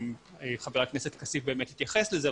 חבר הכנסת כסיף התייחס לזה,